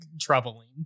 troubling